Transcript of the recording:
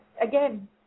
again